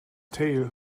tale